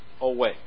away